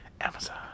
Amazon